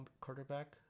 quarterback